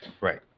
Right